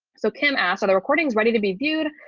so kim asked other recordings ready to be viewed,